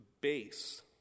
base